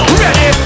ready